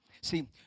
See